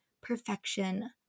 perfection